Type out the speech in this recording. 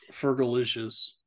Fergalicious